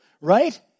right